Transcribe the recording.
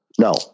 No